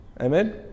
Amen